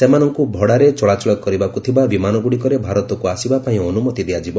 ସେମାନଙ୍କୁ ଭଡ଼ାରେ ଚଳାଚଳ କରିବାକୁ ଥିବା ବିମାନଗୁଡ଼ିକରେ ଭାରତକୁ ଆସିବା ପାଇଁ ଅନୁମତି ଦିଆଯିବ